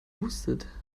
wusstet